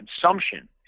consumption